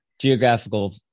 geographical